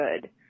good